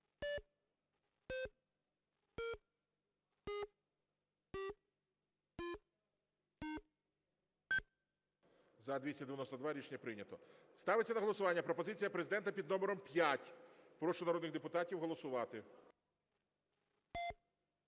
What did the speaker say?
За-288 Рішення прийнято. Ставиться на голосування пропозиція Президента під номером 3. Прошу народних депутатів голосувати.